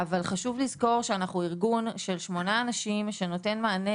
חשוב לזכור שאנחנו ארגון של שמונה אנשים שנותן מענה